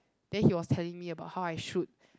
then he was telling me about how I should